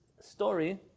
story